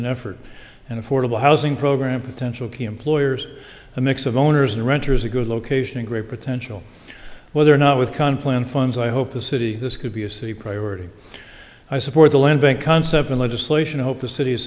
an effort and affordable housing program potential key employers a mix of owners and renters a good location great potential whether or not with con plan funds i hope the city this could be a city priority i support the land bank concept and legislation i hope the city